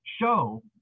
show